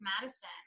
Madison